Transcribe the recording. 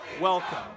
Welcome